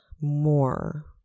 more